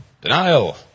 denial